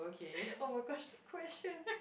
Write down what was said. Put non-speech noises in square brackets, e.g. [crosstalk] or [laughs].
[laughs] oh my gosh the question